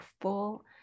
full